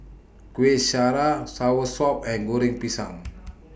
Kuih Syara Soursop and Goreng Pisang